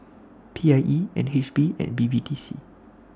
PIE NHB and BBDC